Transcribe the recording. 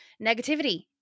negativity